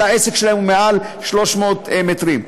העסק שלהם הוא מעל 300 מטרים רבועים.